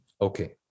Okay